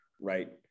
right